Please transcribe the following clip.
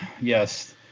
yes